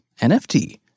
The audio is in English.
NFT